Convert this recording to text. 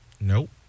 Nope